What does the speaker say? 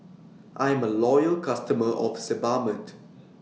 I'm A Loyal customer of Sebamed